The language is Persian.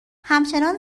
همچنان